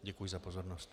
Děkuji za pozornost.